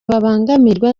babangamirwa